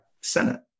Senate